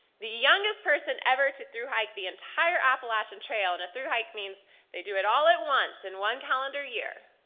the youngest person ever to thru-hike the entire appalachian trail, and a thru-hike means they do it all at once, in one calendar year,